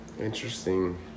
interesting